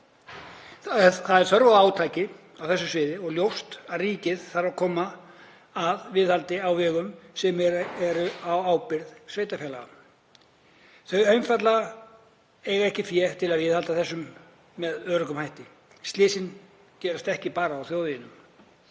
Það er þörf á átaki á þessu sviði og ljóst að ríkið þarf að koma að viðhaldi á vegum sem eru á ábyrgð sveitarfélaga. Þau eiga einfaldlega ekki fé til að viðhalda vegum á öruggan hátt. Slysin gerast ekki bara á þjóðveginum.